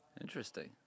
Interesting